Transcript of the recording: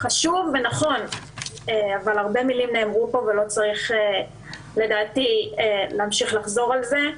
חשוב ונכון אבל הרבה מלים נאמרו כאן ולדעתי לא צריך להמשיך לחזור על זה.